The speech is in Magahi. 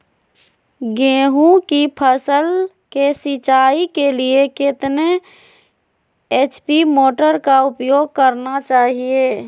गेंहू की फसल के सिंचाई के लिए कितने एच.पी मोटर का उपयोग करना चाहिए?